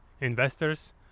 investors